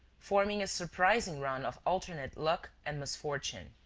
forming a surprising run of alternate luck and misfortune.